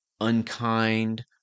unkind